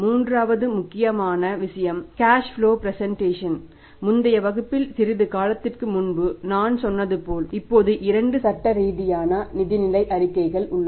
மூன்றாவது முக்கியமான விஷயம் கேஸ் ப்லோட பிரசெண்டேஷன் முந்தைய வகுப்பில் சிறிது காலத்திற்கு முன்பு நான் சொன்னது போல் இப்போது 2 சட்டரீதியான நிதிநிலை அறிக்கைகள் உள்ளது